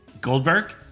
Goldberg